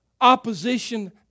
opposition